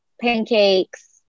pancakes